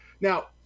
Now